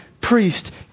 priest